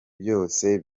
byose